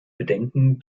bedenken